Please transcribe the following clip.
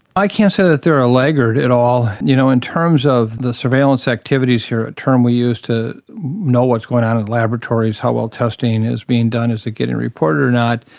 i can't say that they are a laggard at all. you know, in terms of the surveillance activities here, a term we use to know what's going on in laboratories, how well testing is being done, is it getting reported or not,